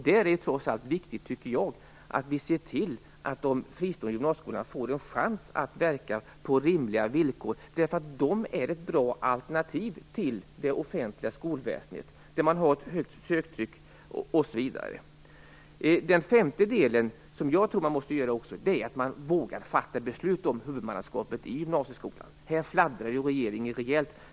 Det är viktigt att vi ser till att de fristående gymnasieskolorna får en chans att verka på rimliga villkor, därför att de är ett bra alternativ till det offentliga skolväsendet, där man har ett högt ansökningstryck osv. Den femte delen, som jag också tror att man måste göra, är att man måste våga fatta beslut om huvudmannaskapet i gymnasieskolan. Här fladdrar ju regeringen rejält.